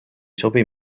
sobi